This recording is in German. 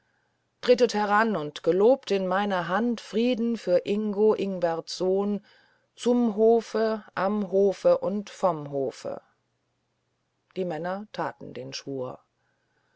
tretet heran und gelobt in meine hand frieden für ingo ingberts sohn zum hofe am hofe und vom hofe die männer taten den schwur